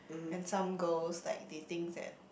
and some girls like they think that